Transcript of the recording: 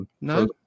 No